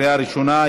בקריאה ראשונה.